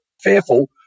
fearful